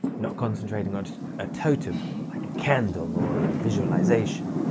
not concentrating on a totem or like a candle or a visualisation.